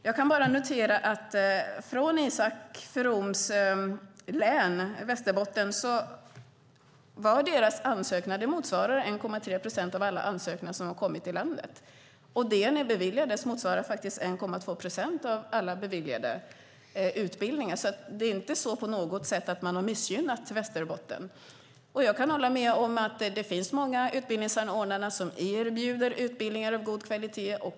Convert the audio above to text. Jag kan notera att ansökningarna från Isak Froms län, Västerbottens län, motsvarar 1,3 procent av alla inkomna ansökningar i landet. Det ni beviljades motsvarar 1,2 procent av alla beviljade utbildningar, så det är inte på något sätt så att Västerbotten har missgynnats. Jag kan hålla med om att det finns många utbildningsanordnare som erbjuder utbildningar av god kvalitet.